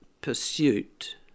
pursuit